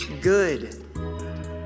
good